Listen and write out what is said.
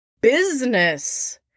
business